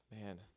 man